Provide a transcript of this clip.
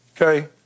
Okay